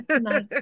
nice